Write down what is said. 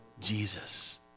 Jesus